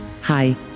Hi